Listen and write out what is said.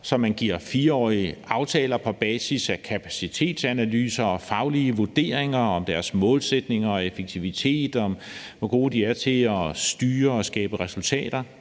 som man giver 4-årige aftaler på basis af kapacitetsanalyser og faglige vurderinger af deres målsætninger og effektivitet, og hvor gode de er til at styre og skabe resultater.